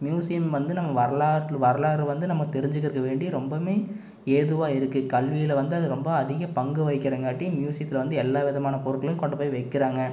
museum வந்து நம்ம வரலாறு வரலாறு வந்து நம்ம தெரிஞ்சிக்கிறக்க வேண்டி ரொம்பவுமே ஏதுவாக இருக்குது கல்வியில் வந்து அது ரொம்ப அதிக பங்கு வகிக்கிறங்காட்டி மியூசியத்தில் வந்து எல்லா விதமான பொருட்களும் கொண்டு போய் வைக்கிறாங்க